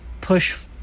push